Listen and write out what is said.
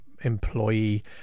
employee